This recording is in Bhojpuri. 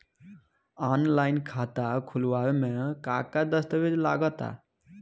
आनलाइन खाता खूलावे म का का दस्तावेज लगा ता?